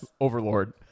Overlord